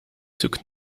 took